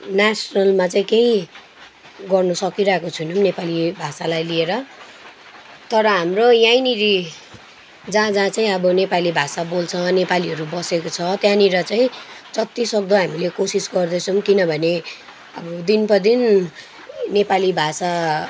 नेसनलमा चाहिँ केही गर्नु सकिरहेको छैनौँ नेपाली भाषालाई लिएर तर हाम्रो यहीँनिर जहाँ जहाँ चाहिँ अब नेपाली भाषा बोल्छ अनि नेपालीहरू बसेको छ त्यहाँनिर चाहिँ जतिसक्दो हामीले कोसिस गर्दैछौँ किनभने अब दिन प्रतिदिन नेपाली भाषा